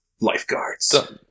Lifeguards